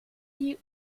die